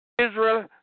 Israel